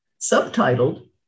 subtitled